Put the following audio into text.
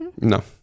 No